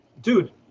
dude